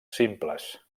simples